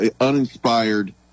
uninspired